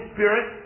Spirit